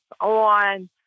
on